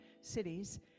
cities